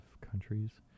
countries